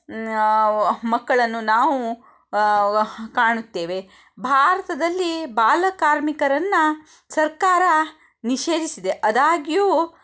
ಮಕ್ಕಳನ್ನು ನಾವು ಕಾಣುತ್ತೇವೆ ಭಾರತದಲ್ಲಿ ಬಾಲಕಾರ್ಮಿಕರನ್ನು ಸರ್ಕಾರ ನಿಷೇಧಿಸಿದೆ ಅದಾಗಿಯೂ